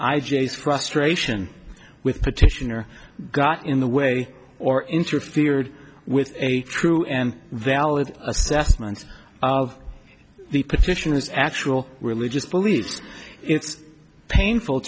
i jay's frustration with petitioner got in the way or interfered with a true and valid assessments of the petition is actual religious beliefs it's painful